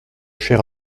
cher